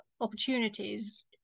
opportunities